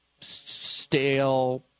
stale